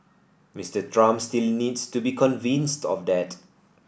Mister Trump still needs to be convinced of that